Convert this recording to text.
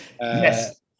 Yes